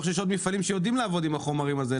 שיש עוד מפעלים שיודעים לעבוד עם החומר הזה,